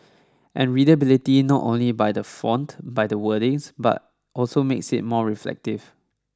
and readability not only by the font by the wordings but also makes it more reflective